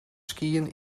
skiën